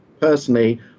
personally